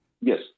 Yes